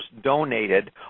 donated